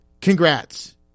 congrats